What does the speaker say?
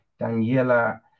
Daniela